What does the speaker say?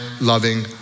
loving